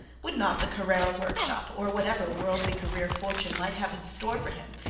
would not the carrara workshop, or whatever worldly career fortune might have in store for him,